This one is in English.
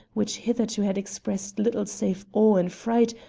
which hitherto had expressed little save awe and fright,